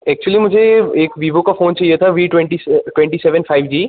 actually मुझे एक Vivo का फ़ोन चाहिए था V twenty twenty seven five जी